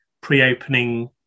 pre-opening